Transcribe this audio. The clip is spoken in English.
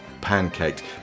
pancaked